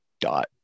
dot